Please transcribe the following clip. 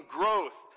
growth